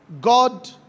God